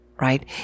right